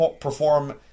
perform